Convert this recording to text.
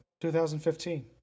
2015